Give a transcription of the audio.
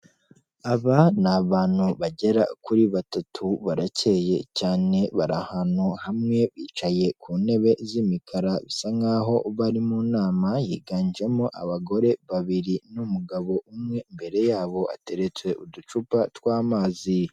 Aba ni abantu bagera kuri batatu baracyeye cyane bari ahantu hamwe bicaye ku ntebe z'imikara bisa nk'aho bari mu nama higanjemo abagore babiri n'umugabo umwe imbere yabo hateretse uducupa tw'amazi.